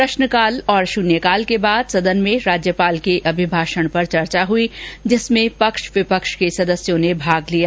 प्रश्नकाल और शुन्यकाल के बाद सदन में राज्यपाल के अभिभाषण पर चर्चा हई जिसमें पक्ष विपक्ष के सदस्यों ने भाग लिया